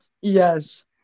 Yes